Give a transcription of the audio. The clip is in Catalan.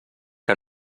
que